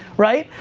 right?